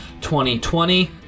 2020